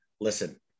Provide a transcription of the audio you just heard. listen